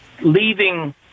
Leaving